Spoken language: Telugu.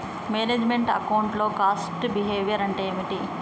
మేనేజ్ మెంట్ అకౌంట్ లో కాస్ట్ బిహేవియర్ అంటే ఏమిటి?